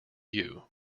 you